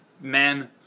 men